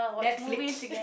Netflix